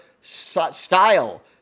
style